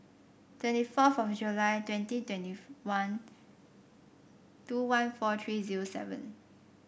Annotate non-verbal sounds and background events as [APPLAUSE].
twenty four of July twenty twenty [UNINTELLIGIBLE] one two one four three zero seven